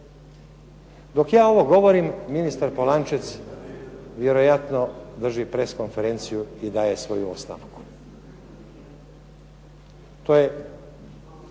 Dok ja ovo govorim ministar Polančec vjerojatno drži press konferenciju i daje svoju ostavku.